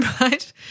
right